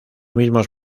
mismos